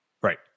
Right